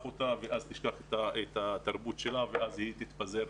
אותה ותשכח את התרבות שלה והיא תתפזר,